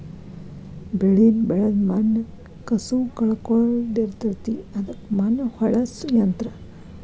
ಬೆಳಿನ ಬೆಳದ ಮಣ್ಣ ಕಸುವ ಕಳಕೊಳಡಿರತತಿ ಅದಕ್ಕ ಮಣ್ಣ ಹೊಳ್ಳಸು ಯಂತ್ರ